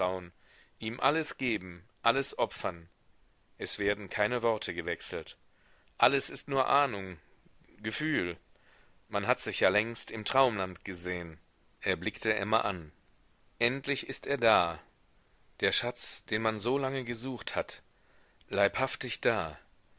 ihm alles geben alles opfern es werden keine worte gewechselt alles ist nur ahnung gefühl man hat sich ja längst im traumland gesehen er blickte emma an endlich ist er da der schatz den man so lange gesucht hat leibhaftig da